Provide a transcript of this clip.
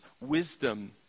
wisdom